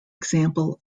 example